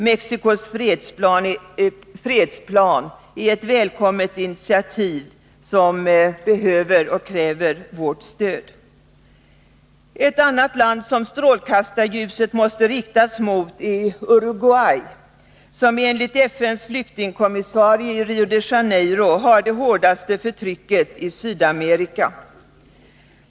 Mexicos fredsplan är ett välkommet initiativ, som både behöver och kräver vårt stöd. Ett annat land som strålkastarljuset måste riktas mot är Uruguay, som enligt FN:s flyktingkommissarie i Rio de Janeiro har det hårdaste förtrycket i Sydamerika.